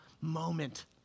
moment